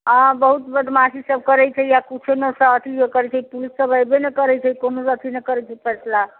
आ बहुत बदमाशी सभ करैत छै आ किछु नहि अथि करैत छै पूलिस सभ ऐबे नहि करैत छै कोनो अथि नहि करैत छै फैसला